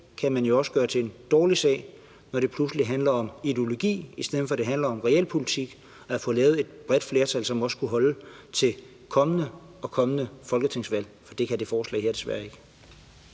kan man jo også gøre til en dårlig sag, når det pludselig handler om ideologi, i stedet for at det handler om realpolitik og at få lavet et bredt flertal, som også kunne holde til det kommende og kommende folketingsvalg. Det kan det her forslag desværre ikke.